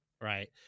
right